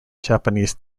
japanese